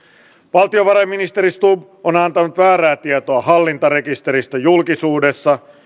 valtiovarainministeri stubb on antanut väärää tietoa hallintarekisteristä julkisuudessa